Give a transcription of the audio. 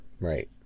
Right